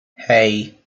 hey